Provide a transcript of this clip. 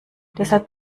deshalb